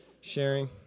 Sharing